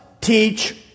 teach